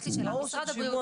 אז יש לי שאלה: משרד הבריאות,